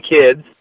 kids